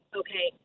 okay